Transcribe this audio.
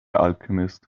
alchemist